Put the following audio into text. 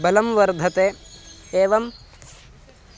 बलं वर्धते एवं